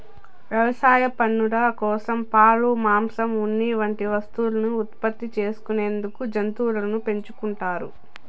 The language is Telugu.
వ్యవసాయ పనుల కోసం, పాలు, మాంసం, ఉన్ని వంటి వస్తువులను ఉత్పత్తి చేసుకునేందుకు జంతువులను పెంచుకుంటారు